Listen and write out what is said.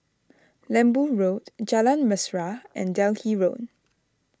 Lembu Road Jalan Mesra and Delhi Road